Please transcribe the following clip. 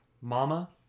mama